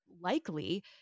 likely